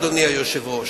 אדוני היושב-ראש,